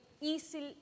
easy